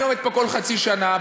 אני עומד פה כל חצי שנה,